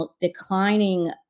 declining